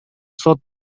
сот